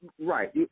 Right